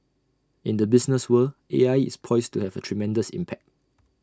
in the business world A I is poised to have A tremendous impact